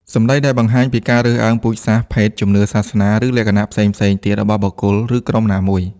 សម្ដីដែលបង្ហាញពីការរើសអើងពូជសាសន៍ ភេទ ជំនឿសាសនា ឬលក្ខណៈផ្សេងៗទៀតរបស់បុគ្គល ឬក្រុមណាមួយ។